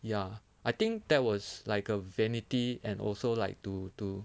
ya I think that was like a vanity and also like to to